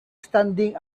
standing